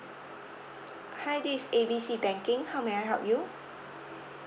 hi this is A B C banking how may I help you